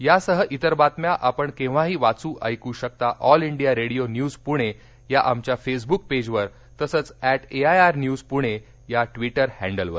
यासह इतर बातम्या आपण केव्हाही वाचू ऐकू शकता All India Radio news Pune या आमच्या फेसब्क पेजवर तसंच ऍट एआयआर न्यूज पुणे या ट्विटर हँडलवर